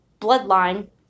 bloodline